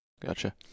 Gotcha